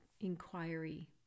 Inquiry